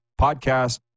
podcast